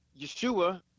Yeshua